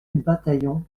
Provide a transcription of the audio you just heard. bataillon